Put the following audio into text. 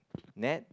net